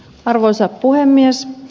arvoisa puhemies